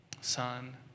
Son